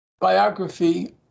biography